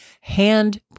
hand